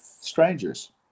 strangers